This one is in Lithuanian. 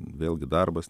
vėlgi darbas